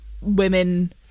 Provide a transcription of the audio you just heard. women